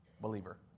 believer